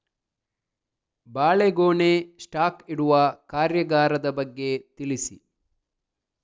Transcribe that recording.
ಬಾಳೆಗೊನೆ ಸ್ಟಾಕ್ ಇಡುವ ಕಾರ್ಯಗಾರದ ಬಗ್ಗೆ ತಿಳಿಸಿ